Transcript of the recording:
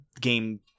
game